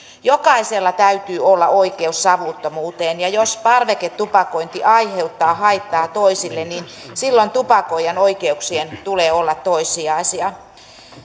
jokaisella täytyy olla oikeus savuttomuuteen ja jos parveketupakointi aiheuttaa haittaa toisille niin silloin tupakoijan oikeuksien tulee olla toissijaisia